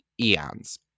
eons